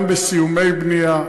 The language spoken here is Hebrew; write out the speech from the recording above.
גם בסיומי בנייה.